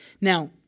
Now